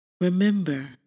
Remember